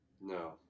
No